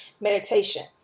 meditation